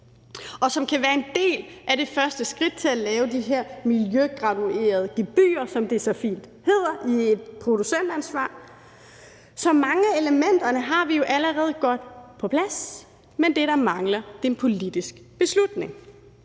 og som kan være en del af det første skridt til at lave de her miljøgraduerede gebyrer, som det så fint hedder, i forhold til et producentansvar. Så mange af elementerne har vi jo allerede godt på plads, men det, der mangler, er en politisk beslutning.